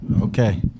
Okay